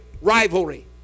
Rivalry